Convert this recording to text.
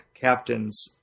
captains